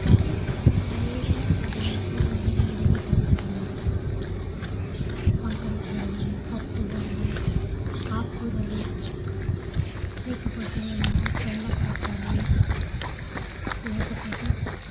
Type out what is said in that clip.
curries ఏదైనా పర్లేదు కూరలు అనేది ఏదైనా తింటాము మేము వంకాయ కూర కానీ పప్పు కానీ ఆకుకూరలు లేకపోతే బెండకాయ కర్రీ లేకపోతే